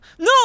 No